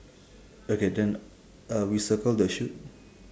okay then uh we circle the shoot